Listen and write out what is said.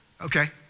Okay